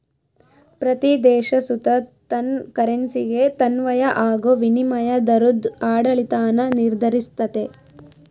ಪ್ರತೀ ದೇಶ ಸುತ ತನ್ ಕರೆನ್ಸಿಗೆ ಅನ್ವಯ ಆಗೋ ವಿನಿಮಯ ದರುದ್ ಆಡಳಿತಾನ ನಿರ್ಧರಿಸ್ತತೆ